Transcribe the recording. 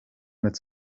met